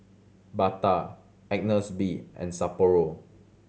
Bata Agnes B and Sapporo